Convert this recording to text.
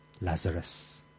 Lazarus